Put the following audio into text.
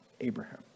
Abraham